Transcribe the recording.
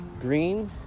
Green